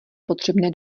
potřebné